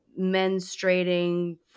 menstruating